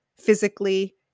physically